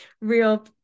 real